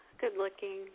good-looking